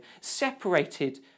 separated